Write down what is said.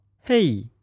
hey